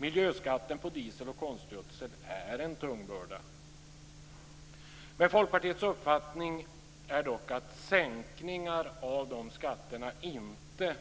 Miljöskatten på diesel och konstgödsel är en tung börda. Folkpartiets uppfattning är dock att sänkningar av de skatterna inte